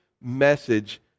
message